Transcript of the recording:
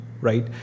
right